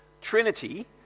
Trinity